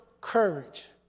courage